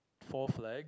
four flag